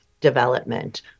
development